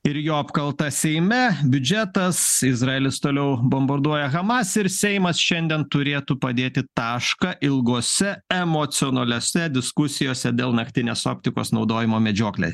ir jo apkalta seime biudžetas izraelis toliau bombarduoja hamas ir seimas šiandien turėtų padėti tašką ilgose emocionaliose diskusijose dėl naktinės optikos naudojimo medžioklėj